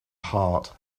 heart